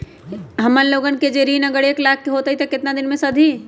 हमन लोगन के जे ऋन अगर एक लाख के होई त केतना दिन मे सधी?